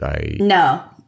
no